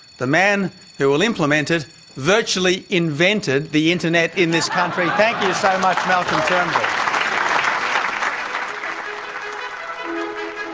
the man who will implement it virtually invented the internet in this country, thank you so much malcolm um